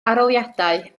arholiadau